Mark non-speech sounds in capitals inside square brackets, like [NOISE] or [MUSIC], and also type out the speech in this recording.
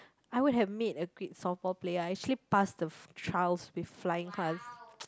I would have made a great softball player I actually passed the f~ twelves with flying colours [NOISE]